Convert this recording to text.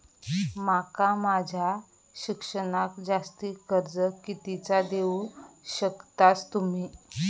माका माझा शिक्षणाक जास्ती कर्ज कितीचा देऊ शकतास तुम्ही?